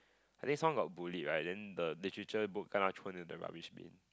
I think someone got bullied right then the literature book kena thrown into the rubbish bin